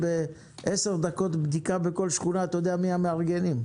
תוך עשר דקות בדיקה בכל שכונה אתה יודע מי המארגנים.